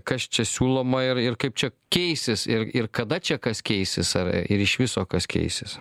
kas čia siūloma ir ir kaip čia keisis ir ir kada čia kas keisis ar ir iš viso kas keisis